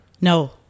No